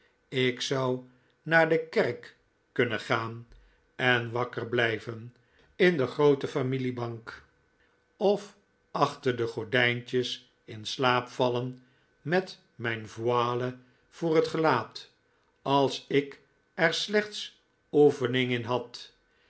ik zou naar de kerk kunnen gaan en wakker blijven in de groote familiebank of achter de gordijntjes in slaap vallen met mijn voile voor het gelaat als ik er slechts oefening in had